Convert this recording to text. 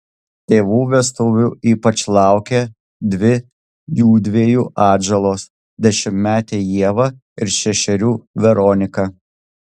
tėvų vestuvių ypač laukė dvi jųdviejų atžalos dešimtmetė ieva ir šešerių veronika